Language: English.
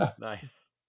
Nice